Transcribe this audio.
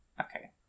okay